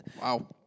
Wow